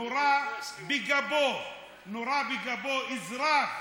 נורה בגבו אזרח.